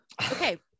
Okay